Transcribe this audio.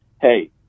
Hey